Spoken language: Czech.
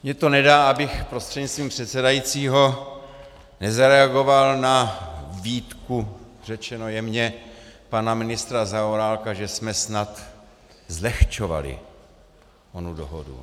Mně to nedá, abych prostřednictvím předsedajícího nezareagoval na výtku, řečeno jemně, pana ministra Zaorálka, že jsme snad zlehčovali onu dohodu.